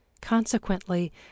consequently